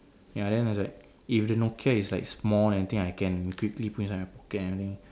ya then is like if the Nokia is like small then I think I can quickly put inside my pocket and everything